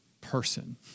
person